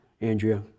Andrea